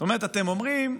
אתם אומרים: